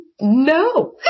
no